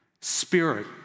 spirit